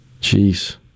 Jeez